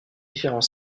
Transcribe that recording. différents